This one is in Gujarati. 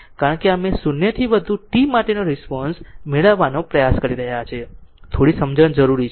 કારણ કે અમે 0 થી વધુ t માટેનો રિસ્પોન્સ મેળવવાનો પ્રયાસ કરી રહ્યા છીએ થોડી સમજણ જરૂરી છે